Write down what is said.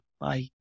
Bye